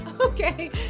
okay